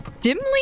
dimly